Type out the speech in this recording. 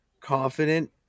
confident